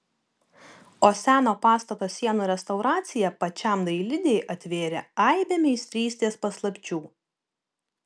o seno pastato sienų restauracija pačiam dailidei atvėrė aibę meistrystės paslapčių